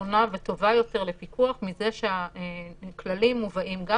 נכונה וטובה יותר לפיקוח מזה שהכללים מובאים גם